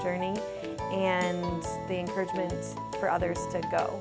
journey and the encouragement for others to go